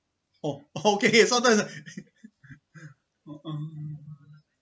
orh okay sometimes